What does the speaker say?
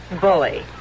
bully